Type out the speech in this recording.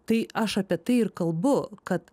tai aš apie tai ir kalbu kad